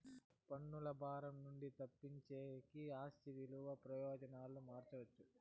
పన్నుల భారం నుండి తప్పించేకి ఆస్తి విలువ ప్రయోజనాలు మార్చవచ్చు